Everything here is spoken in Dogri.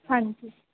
हां जी